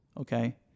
Okay